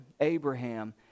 Abraham